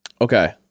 Okay